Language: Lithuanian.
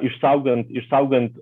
išsaugant išsaugant